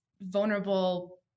vulnerable